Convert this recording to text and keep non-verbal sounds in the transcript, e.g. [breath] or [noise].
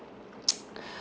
[noise] [breath]